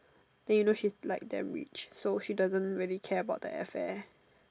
then you know she like damn rich so she doesn't really care about the air fare